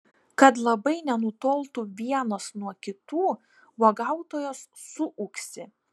kad labai nenutoltų vienos nuo kitų uogautojos suūksi